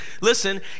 Listen